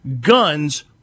guns